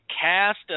cast